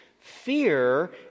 fear